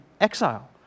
exile